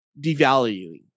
devaluing